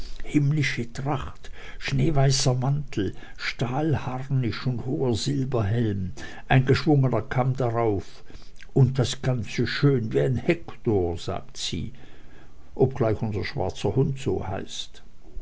himmelblaue tracht schneeweißer mantel stahlharnisch und hoher silberhelm ein geschwungener kamm darauf und das ganze schön wie ein hektor sagt sie obgleich unser schwarzer hund so heißt